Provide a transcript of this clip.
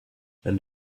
and